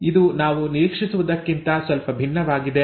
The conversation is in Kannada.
ಇದು ನಾವು ನಿರೀಕ್ಷಿಸುವುದಕ್ಕಿಂತ ಸ್ವಲ್ಪ ಭಿನ್ನವಾಗಿದೆ